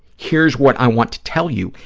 here's what i want to tell you.